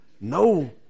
no